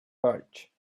pouch